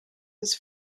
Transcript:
his